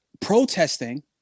protesting